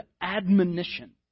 admonition